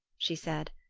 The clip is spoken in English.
she said.